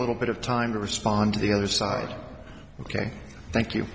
little bit of time to respond to the other side ok thank you